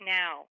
now